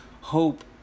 hope